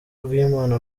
rw’imana